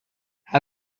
how